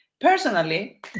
Personally